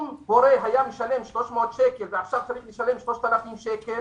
אם הורה היה משלם 300 שקל ועכשיו צריך לשלם 3,000 שקל,